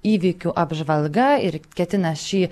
įvykių apžvalga ir ketina šį